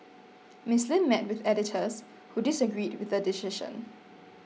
Miss Lim met with editors who disagreed with the decision